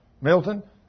Milton